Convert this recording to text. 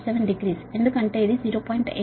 87 degree ఎందుకంటే ఇది 0